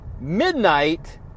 Midnight